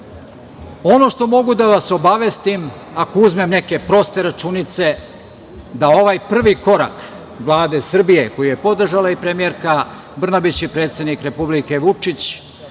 što mogu da vas obavestim, ako uzmem neke proste računice da ovaj prvi korak Vlade Srbije koji je podržala i premijerka Brnabić i predsednik Republike Vučić,